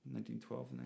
1912